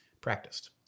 practiced